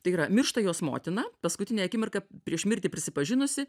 tai yra miršta jos motina paskutinę akimirką prieš mirtį prisipažinusi